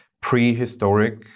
prehistoric